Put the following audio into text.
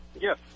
Yes